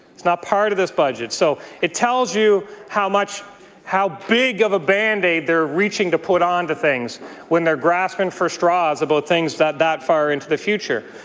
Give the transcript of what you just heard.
it's not part of this budget. so it tells you how much how big of a band-aid they're reaching to put on to things when they're grasping for straws but that that far into the future.